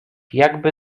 jakby